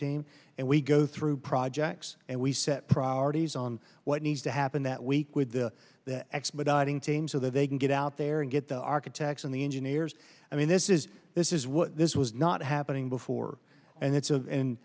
team and we go through projects and we set priorities on what needs to happen that week with the expediting team so that they can get out there and get the architects and the engineers i mean this is this is what this was not happening before and it's